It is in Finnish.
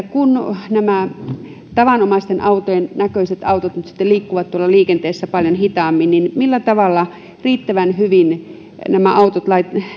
kun nämä tavanomaisten autojen näköiset autot nyt sitten liikkuvat tuolla liikenteessä paljon hitaammin niin millä tavalla riittävän hyvin nämä autot